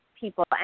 people